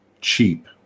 cheap